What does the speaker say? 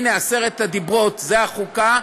הנה, עשרת הדברות זה החוקה,